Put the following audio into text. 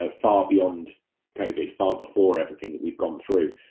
ah far beyond covid, far before everything that we've gone through,